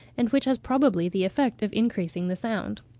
and which has probably the effect of increasing the sound.